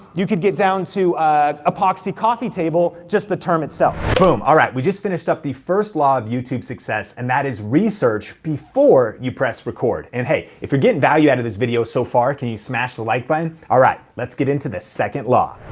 you could get down to epoxy coffee table, just the term itself. boom, all right, we just finished up the first law of youtube success, and that is research before you press record, and hey, if you're getting value out of this video so far, can you smash the like button? all right, let's get into the second law.